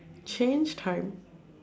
change time